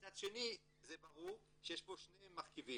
מצד שני, זה ברור שיש פה שני מרכיבים.